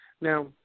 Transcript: Now